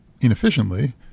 inefficiently